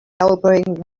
elbowing